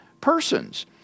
persons